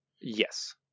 yes